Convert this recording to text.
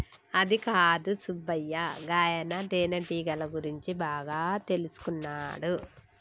అదికాదు సుబ్బయ్య గాయన తేనెటీగల గురించి బాగా తెల్సుకున్నాడు